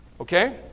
Okay